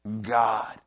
God